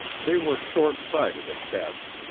they were short-sighted at best,